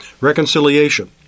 Reconciliation